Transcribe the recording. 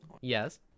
Yes